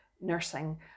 nursing